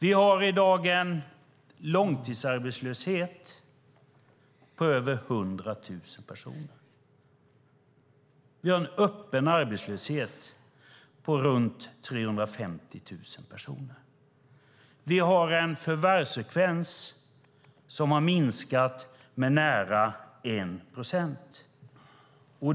I dag har vi en långtidsarbetslöshet omfattande över 100 000 personer. Vi har en öppen arbetslöshet omfattande runt 350 000 personer. Vi har en med nära 1 procent minskad förvärvsfrekvens.